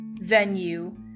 Venue